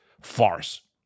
farce